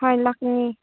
ꯍꯣꯏ ꯂꯥꯛꯅꯤ